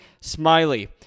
Smiley